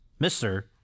Mr